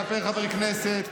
כלפי חברי כנסת,